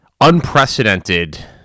unprecedented